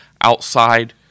outside